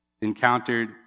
encountered